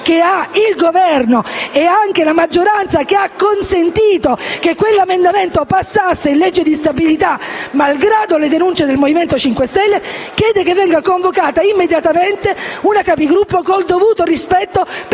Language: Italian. che ha il Governo, e anche la maggioranza (che ha consentito che quell'emendamento entrasse nella legge di stabilità malgrado le denunce del Movimento 5 Stelle), chiede che venga convocata immediatamente una Conferenza dei Capigruppo, nel dovuto rispetto